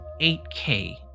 8K